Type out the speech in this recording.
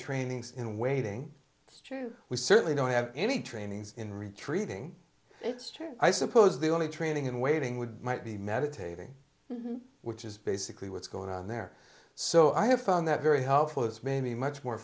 trainings in waiting we certainly don't have any trainings in retreating it's true i suppose the only training in waiting would might be meditating which is basically what's going on there so i have found that very helpful it's made me much more